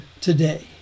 today